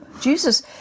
Jesus